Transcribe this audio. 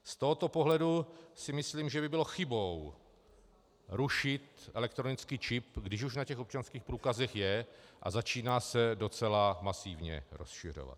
Z tohoto pohledu si myslím, že by bylo chybou rušit elektronický čip, když už na těch občanských průkazech je a začíná se docela masivně rozšiřovat.